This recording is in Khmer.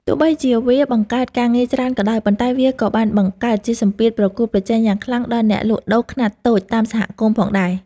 ទោះបីជាវាបង្កើតការងារច្រើនក៏ដោយ ប៉ុន្តែវាក៏បានបង្កើតជាសម្ពាធប្រកួតប្រជែងយ៉ាងខ្លាំងដល់អ្នកលក់ដូរខ្នាតតូចតាមសហគមន៍ផងដែរ។